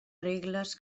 regles